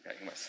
Okay